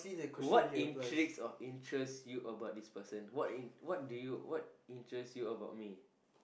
what intrigues or interests you about this person what what do you what interests you about me